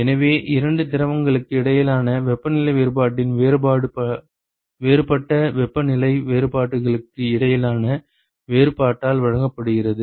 எனவே இரண்டு திரவங்களுக்கு இடையிலான வெப்பநிலை வேறுபாட்டின் வேறுபாடு வேறுபட்ட வெப்பநிலை வேறுபாடுகளுக்கு இடையிலான வேறுபாட்டால் வழங்கப்படுகிறது